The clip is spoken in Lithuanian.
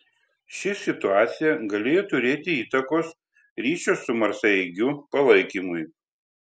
ši situacija galėjo turėti įtakos ryšio su marsaeigiu palaikymui